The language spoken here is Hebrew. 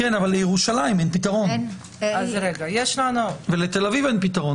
כן, אבל לירושלים ולתל אביב אין פתרון.